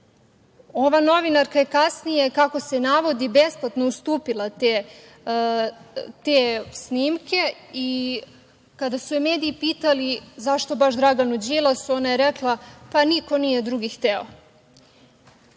Ova novinarka je kasnije, kako se navodi, besplatno ustupila te snimke i kada su je mediji pitali zašto baš Draganu Đilasu, ona je rekla – pa, niko drugi nije